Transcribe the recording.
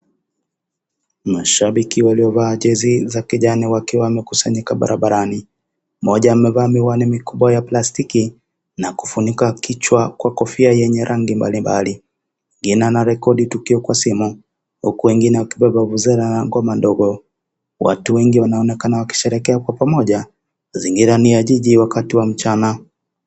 Mashabiki waliovaa jezi za kijani wakiwa wamekusanyika barabarani. Mmoja amevaa miwani mikubwa ya plastiki, na kufunika kichwa kwa kofia yenye rangi mbalimbali, mwingine anarekodi tukio kwa simu ,huku wenginge wakibeba vuvuzela na ngoma ndogo. Watu wengi wanaonekana wakisherehekea kwa pamoja, mazingira ni ya jiji wakati wa mchana.